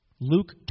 Luke